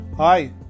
Hi